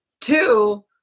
two